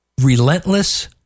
relentless